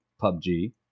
PUBG